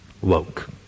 Woke